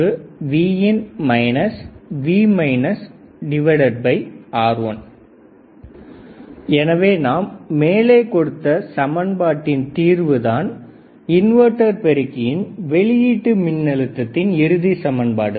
i1i2IB1 V V0 i1Vin VR1VinR1 மற்றும் i2V VoutR2 VoutR2 VinR1 VoutR2IB1 Vout VinR2IB1 எனவே நமக்கு மேலே கொடுத்த சமன்பாட்டின் தீர்வு தான் இன்வெர்ட்டர் பெருக்கியின் வெளியீட்டு மின்னழுத்ததின் இறுதி சமன்பாடு